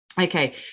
Okay